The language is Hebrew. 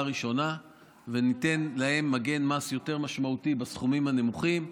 הראשונה וניתן להם מגן מס יותר משמעותי בסכומים הנמוכים,